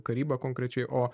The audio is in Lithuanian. karybą konkrečiai o